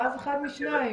ואז אחת משתיים,